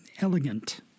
elegant